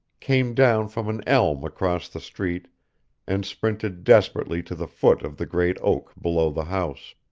came down from an elm across the street and sprinted desperately to the foot of the great oak below the house.